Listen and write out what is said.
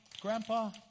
Grandpa